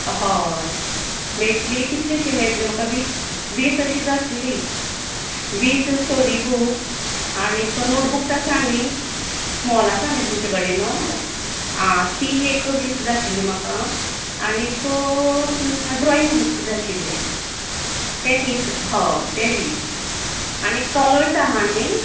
हय मेळटली कितलिशी म्हाका मेळटली म्हाका वीस वीस अशी जाय आसलेली वीस स्टोरी बुक्स आनीक नोटबुक्सा आसा न्ही स्मॉल आसा न्ही तुमचे कडेन आसा ती एक वीस जाय आशिल्ली म्हाका आनीक अह ड्रॉईंग बुक्स जाय आशिल्ले ते वीस होय तेंय वीस आनी कलर्स आहा नी